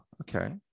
okay